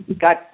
got